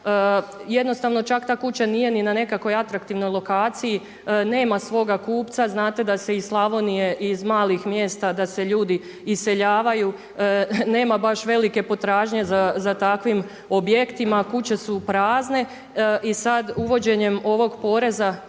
Jednostavno čak ta kuća nije ni na nekakvoj atraktivnoj lokaciji, nema svoga kupca. Znate da se iz Slavonije iz malih mjesta, da se ljudi iseljavaju. Nema baš velike potražnje za takvim objektima. Kuće su prazne i sad uvođenjem ovog poreza